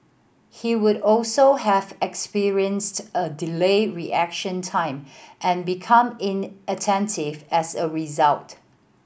he would also have experienced a delayed reaction time and become inattentive as a result